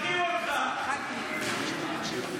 יאיר, הם מברכים אותך.